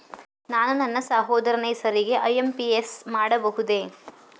ನಾನು ನನ್ನ ಸಹೋದರನ ಹೆಸರಿಗೆ ಐ.ಎಂ.ಪಿ.ಎಸ್ ಮಾಡಬಹುದೇ?